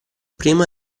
prima